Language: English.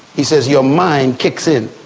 he says your mind kicks in,